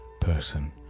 person